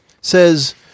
says